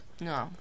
No